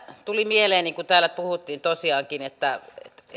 tuli mieleeni kun täällä puhuttiin tosiaankin siitä